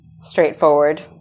straightforward